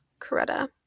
Coretta